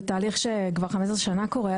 זה תהליך שכבר 15 שנה קורה,